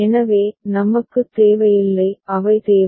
எனவே நமக்குத் தேவையில்லை அவை தேவை